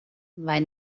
vai